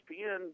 ESPN